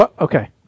Okay